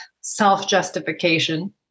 self-justification